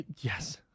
Yes